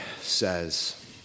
says